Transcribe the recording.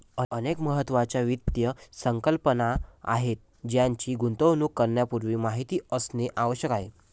अनेक महत्त्वाच्या वित्त संकल्पना आहेत ज्यांची गुंतवणूक करण्यापूर्वी माहिती असणे आवश्यक आहे